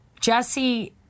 Jesse